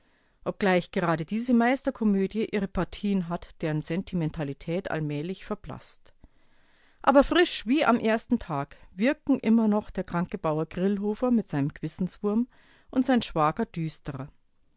obgleich gerade diese meisterkomödie ihre partien hat deren sentimentalität allmählich verblaßt aber frisch wie am ersten tag wirken immer noch der kranke bauer grillhofer mit seinem g'wissenswurm und sein schwager düsterer